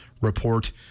report